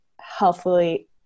healthfully